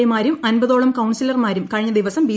A മാരും അമ്പതോളം കൌൺസിലർമാരും കഴിഞ്ഞ ദിവസം ബി